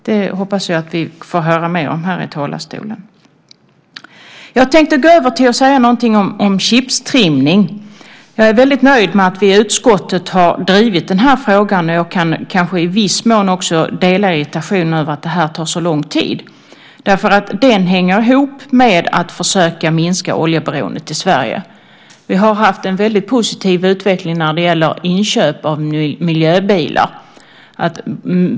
Det hoppas jag att vi får höra mer om här i talarstolen. Jag tänkte gå över till att säga någonting om chiptrimning. Jag är nöjd med att vi i utskottet har drivit frågan, och jag kan kanske i viss mån också dela irritationen över att det tar så lång tid. Detta hänger ihop med att vi försöker minska oljeberoendet i Sverige. Vi har haft en positiv utveckling när det gäller inköp av miljöbilar.